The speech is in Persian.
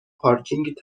پارکینگ